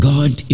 God